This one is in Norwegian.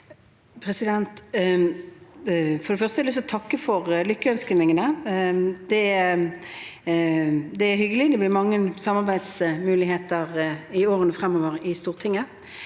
har jeg lyst til å takke for lykkeønskningene. Det er hyggelig. Det blir mange samarbeidsmuligheter i årene fremover i Stortinget.